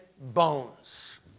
bones